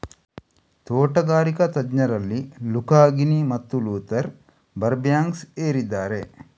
ತೋಟಗಾರಿಕಾ ತಜ್ಞರಲ್ಲಿ Luca Ghini ಮತ್ತು ಲೂಥರ್ ಬರ್ಬ್ಯಾಂಕ್ಸ್ ಏರಿದ್ದಾರೆ